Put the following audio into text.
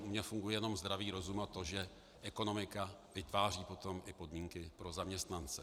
U mě funguje jenom zdravý rozum, a to, že ekonomika vytváří potom i podmínky pro zaměstnance.